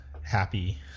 happy